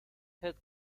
head